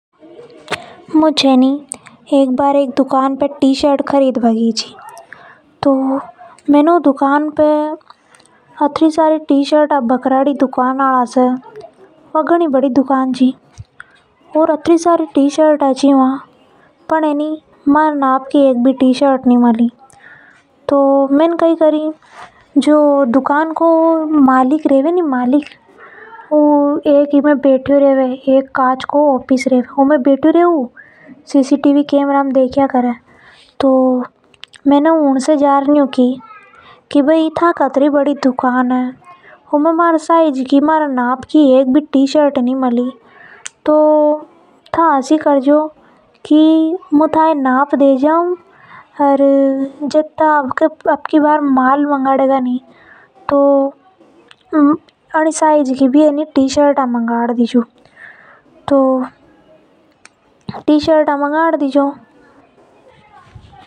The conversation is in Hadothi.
मु छ नि एक बार एक दुकान पे टीशर्ट खरीद बा गई थी। वा बहुत बड़ी दुकान थी मैने वहां पे घणी सारी टीशर्ट निकलवाई पर मारे ना फ की एक भी नि मिली। तो मैने कई करि जो दुकान को मालिक रेवे नि ऊ एक का च का ऑफिस में बेटियों रेवे। ऊ मालिक सीसी टीवी कैमरा में देखिया करे। तो मैने उनसे बोली कि मारी साइज की एक भी टी शर्ट नि मिली तो था ऐसी करो मारो नाफ लिख लो और मंगवा देना। फेर मेरे को बता देना।